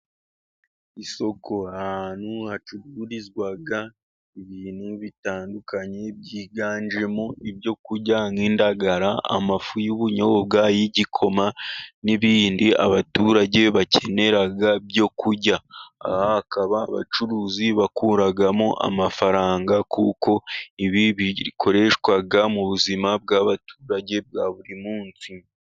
Isoko, ahantu hacururizwa ibintu bitandukanye byiganjemo ibyo kurya nk'indagara, amafu y'ubunyobwa, ay'igikoma ,n'ibindi abaturage bakenera byo kurya. Aha hakaba abacuruzi bakuramo amafaranga, kuko ibi bikoreshwa mu buzima bw'abaturage bwa buri munsi.